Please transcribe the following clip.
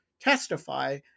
testify